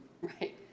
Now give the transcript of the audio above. Right